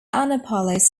annapolis